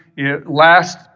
Last